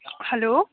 hello